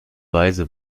weise